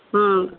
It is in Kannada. ಹ್ಞೂ